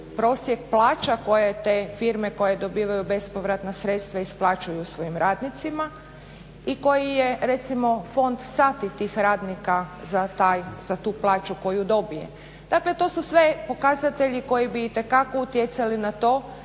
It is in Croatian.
prosjek plaća koje te firme koje dobivaju bespovratna sredstva isplaćuju svojim radnicima i koji je recimo fond sati tih radnika za tu plaću koju dobije. Dakle, to su sve pokazatelji koji bi itekako utjecali na to